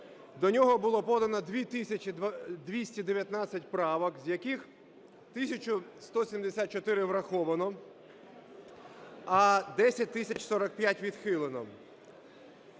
До нього було подано 2219 правок, з яких 1174 враховано, а 1045 відхилено.